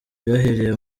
byahereye